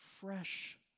fresh